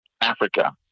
Africa